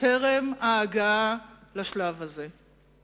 טרם הגעה לשלב הזה.